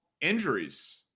Injuries